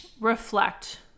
reflect